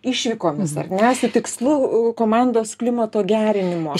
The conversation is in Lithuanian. išvykomis ar ne su tikslu komandos klimato gerinimo